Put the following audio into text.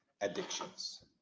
addictions